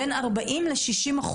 בין 40% ל-60%.